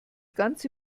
ganze